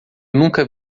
nunca